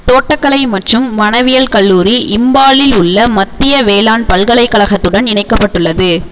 தோட்டக்கலை மற்றும் வனவியல் கல்லூரி இம்பாலில் உள்ள மத்திய வேளாண் பல்கலைக்கழகத்துடன் இணைக்கப்பட்டுள்ளது